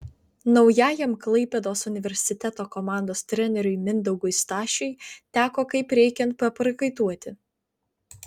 naujajam klaipėdos universiteto komandos treneriui mindaugui stašiui teko kaip reikiant paprakaituoti